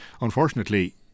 Unfortunately